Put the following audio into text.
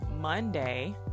monday